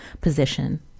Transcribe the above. position